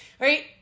right